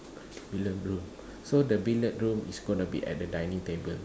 billard room so the billard room is going to be at the dining table